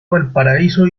valparaíso